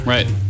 Right